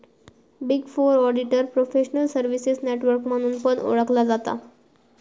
big four auditor professional services network म्हणून पण ओळखला जाता